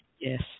Yes